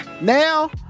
now